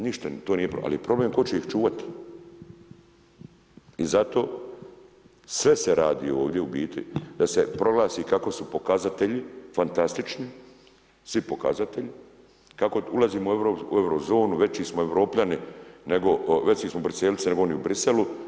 Ništa to nije problem, ali je problem tko će ih čuvati i zato sve se radi ovdje u biti da se proglasi kako su pokazatelji fantastični svi pokazatelji, kako ulazimo u euro zonu, veći smo Europljani, veći smo „briselci“ nego oni u Bruxellesu.